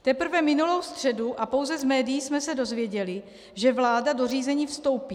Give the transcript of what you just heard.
Teprve minulou středu a pouze z médií jsme se dozvěděli, že vláda do řízení vstoupí.